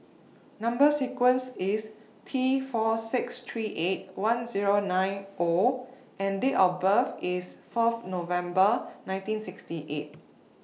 Number sequence IS T four six three eight one Zero nine O and Date of birth IS Fourth November nineteen sixty eight